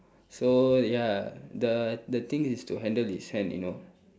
so ya the the thing is to handle his hand you know